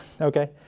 okay